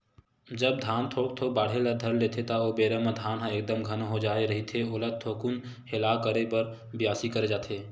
जब धान थोक थोक बाड़हे बर लेथे ता ओ बेरा म धान ह एकदम घना हो जाय रहिथे ओला थोकुन हेला करे बर बियासी करे जाथे